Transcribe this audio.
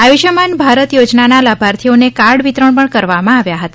આયુષ્માન ભારત યોજનાના લાભાર્થીઓને કાર્ડ વિતરણ પણ કરવામાં આવ્યા હતા